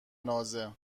نازه